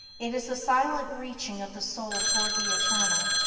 it is the silent reaching of the soul toward the eternal.